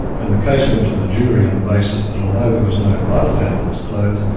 and the case went to the jury on the basis that although there was no blood found on his clothes,